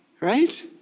Right